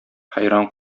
хәйран